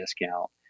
discount